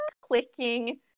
clicking